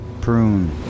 prune